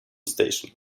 station